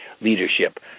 leadership